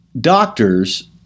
Doctors